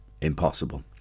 impossible